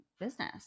business